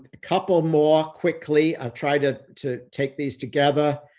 couple more quickly. i'll try to, to take these together.